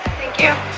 thank you